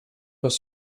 was